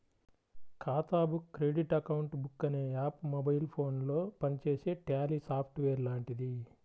ఖాతా book credit account book అనే app mobile ఫోనులో పనిచేసే ట్యాలీ సాఫ్ట్ వేర్ లాంటిది